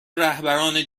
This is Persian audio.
رهبران